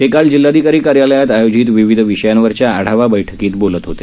ते काल जिल्हाधिकारी कार्यालयात आयोजित विविध विषयांवरच्या आढावा बैठकीत बोलत होते